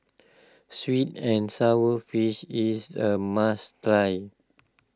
Sweet and Sour Fish is a must try